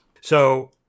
So-